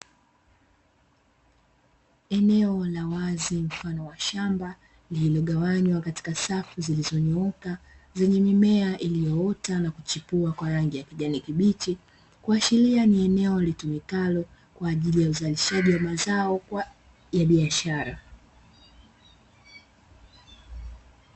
Eneo la wazi mfano wa shamba lililogawanywa katika safu zilizonyooka, zenye mimea iliyoota na kuchipua kwa rangi ya kijani kibichi, ikiashiria ni eneo litumikalo kwa ajili ya uzalishaji wa mazao kwa ya biashara.